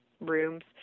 rooms